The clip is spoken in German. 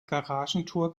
garagentor